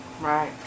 Right